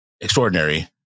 extraordinary